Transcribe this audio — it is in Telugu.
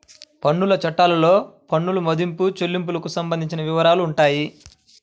పన్నుల చట్టాల్లో పన్నుల మదింపు, చెల్లింపులకు సంబంధించిన వివరాలుంటాయి